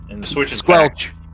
Squelch